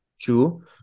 two